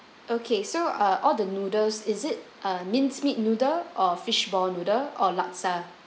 okay so uh all the noodles is it uh minced meat noodle or fishball noodle or laksa